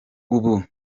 ubu